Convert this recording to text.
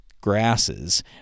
grasses